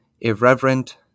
irreverent